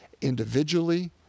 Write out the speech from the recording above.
individually